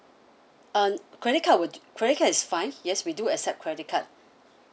um credit card will do credit card is fine yes we do accept credit card